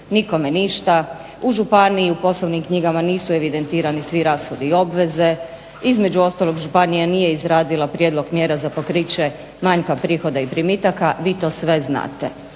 nikome ništa. U županiji u poslovnim knjigama nisu evidentirani svi rashodi i obveze. Između ostalog županija nije izradila prijedlog mjera za pokriće manjka prihoda i primitaka. Vi to sve znate.